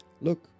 Look